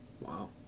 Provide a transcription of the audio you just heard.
Wow